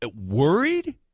worried